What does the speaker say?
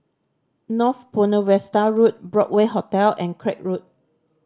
North Buona Vista Road Broadway Hotel and Craig Road